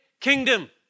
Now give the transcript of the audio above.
kingdom